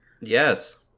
Yes